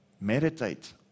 Meditate